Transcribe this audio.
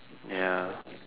ya